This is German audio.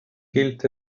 gilt